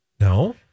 No